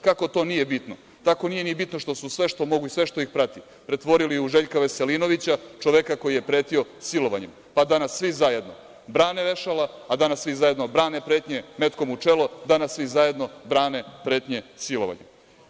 Kako to nije bitno, tako nije ni bitno što su sve što mogu i sve što ih prati pretvorili u Željka Veselinovića, čoveka koji je pretio silovanjem, pa danas svi zajedno brane vešala, a danas svi zajedno brane pretnje metkom u čelo, danas svi zajedno brane pretnje silovanjem.